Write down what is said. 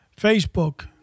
Facebook